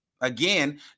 Again